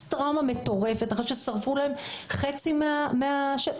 פוסט טראומה מטורפת אחרי ששרפו להם חצי מהשטח.